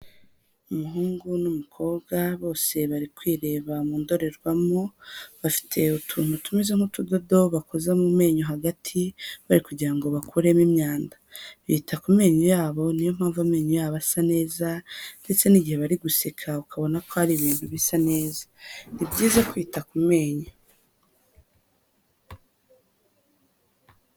Umuhungu n'umukobwa bose bari kwireba mu ndorerwamo, bafite utuntu tumeze nk'utudodo bakoza mu menyo hagati bari kugira ngo bakuremo imyanda. Bita ku menyo yabo ni yo mpamvu amenyo yabo asa neza ndetse n'igihe bari guseka ukabona ko ari ibintu bisa neza. Ni byiza kwita ku menyo.